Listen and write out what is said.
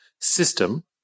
system